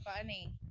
funny